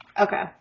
Okay